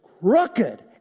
crooked